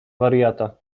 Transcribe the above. wariata